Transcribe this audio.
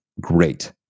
great